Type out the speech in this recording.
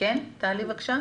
מאקים ישראל, בבקשה.